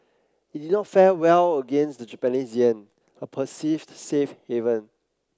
it did not fare well against the Japanese yen a perceived safe haven